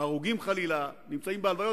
ההרוגים חלילה, נמצאים בהלוויות.